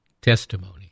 testimony